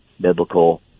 biblical